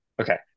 okay